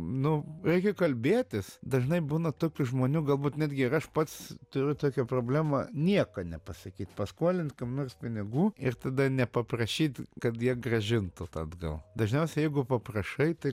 nu reikia kalbėtis dažnai būna tokių žmonių galbūt netgi ir aš pats turiu tokią problemą nieko nepasakyt paskuolint kam nors pinigų ir tada nepaprašyt kad jie gražintų tą atgal dažniausiai jeigu paprašai tai